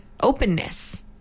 openness